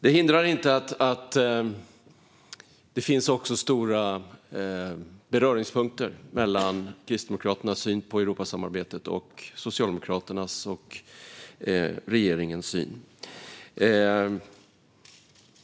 Det hindrar inte att det också finns stora beröringspunkter mellan Kristdemokraternas syn på Europasamarbetet och Socialdemokraternas och regeringens syn.